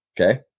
Okay